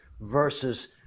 versus